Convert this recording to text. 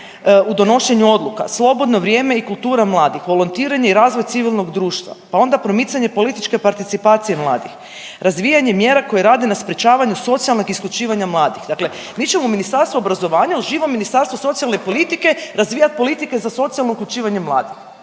u donošenju odluka, slobodno vrijeme i kultura mladih, volontiranje i razvoj civilnog društva pa onda promicanje političke participacije mladih. Razvijanje mjera koji rade na sprječavanju socijalnog isključivanja mladih. Dakle mi ćemo u Ministarstvo obrazovanja uz živo Ministarstvo socijalne politike, razvijat politike za socijalno uključivanje mladih